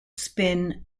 spin